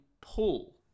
pull